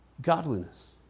godliness